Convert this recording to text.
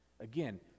Again